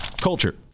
Culture